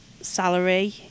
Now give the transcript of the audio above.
salary